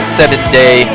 seven-day